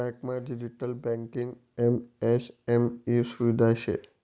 बँकमा digital banking MSM E सुविधा शे